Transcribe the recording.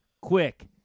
quick